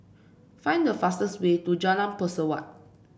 find the fastest way to Jalan Pesawat